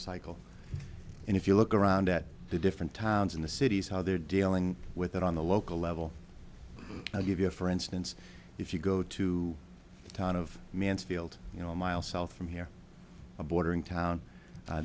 cycle and if you look around at the different towns in the cities how they're dealing with it on the local level i'll give you a for instance if you go to the town of mansfield you know a mile south from here a bordering town